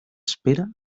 espera